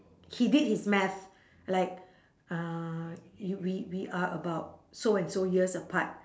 he did his math like uh you we we are about so and so years apart